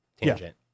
tangent